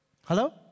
Hello